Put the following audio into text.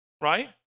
right